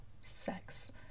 sex